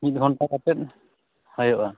ᱢᱤᱫ ᱜᱷᱚᱱᱴᱟ ᱠᱟᱛᱮᱫ ᱦᱩᱭᱩᱜᱼᱟ